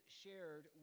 shared